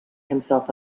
himself